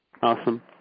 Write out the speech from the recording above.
Awesome